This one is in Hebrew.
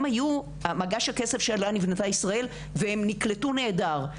הם היו המגש הכסף שעליו נבנתה ישראל והם נקלטו נהדר,